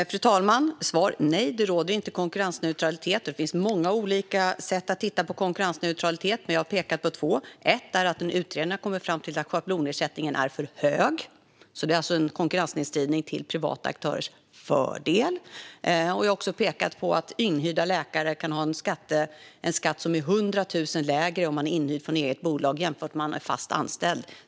Fru talman! Nej, det råder inte konkurrensneutralitet. Det finns många olika sätt att titta på konkurrensneutralitet, men jag har pekat på två. För det första har en utredning kommit fram till att schablonersättningen är för hög. Det är alltså en konkurrenssnedvridning till privata aktörers fördel. För det andra kan inhyrda läkare ha en skatt som är 100 000 lägre om de är inhyrda från eget bolag jämfört med om de är fast anställda.